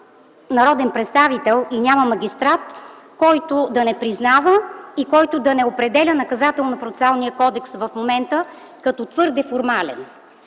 няма народен представител, и няма магистрат, който да не признава и който да не определя Наказателно-процесуалния кодекс в момента като твърде формален.